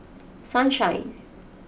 Sunshine